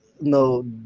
no